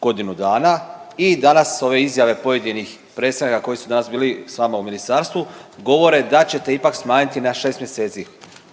godinu dana i danas ove izjave pojedinih predstavnika koji su danas bili s vam u ministarstvu govore da ćete ipak smanjiti na 6 mjeseci.